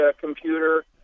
computer